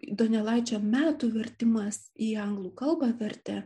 donelaičio metų vertimas į anglų kalbą vertė